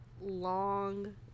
long